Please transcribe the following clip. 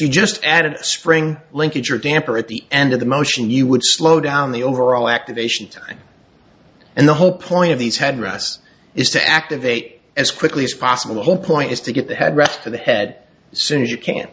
you just added a spring linkage or damper at the end of the motion you would slow down the overall activation time and the whole point of these had refs is to activate as quickly as possible the whole point is to get the headrest to the head soon as you can